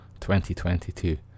2022